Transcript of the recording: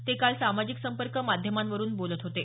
ते काल सामाजिक संपर्क माध्यमांवरून बोलत होते